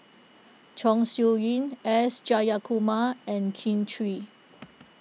Chong Siew Ying S Jayakumar and Kin Chui